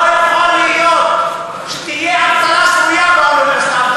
לא יכול להיות שתהיה אפליה סמויה באוניברסיטה,